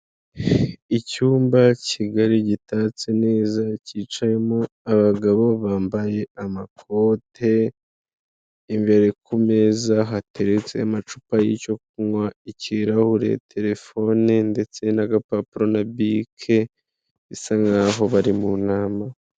Icyumba kigari gitatse neza cyicayemo abagabo bambaye amakote, imbere ku meza hateretse amacupa y'icyo kunywa ikirahuri, telefone ndetse n'agapapuro na bike bisa nkaho bari mu nama.